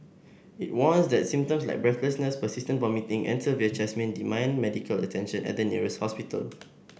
it warns that symptoms like breathlessness persistent vomiting and severe chest pain demand medical attention at the nearest hospital